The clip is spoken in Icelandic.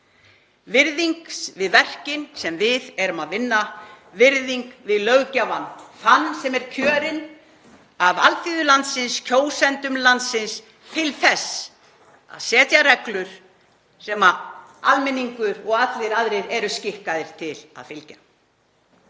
virðingu við verkin sem við erum að vinna, virðingu við löggjafann, þann sem er kjörinn af alþýðu landsins, kjósendum landsins, til þess að setja reglur sem almenningur og allir aðrir eru skikkaðir til að fylgja.